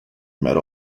met